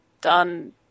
done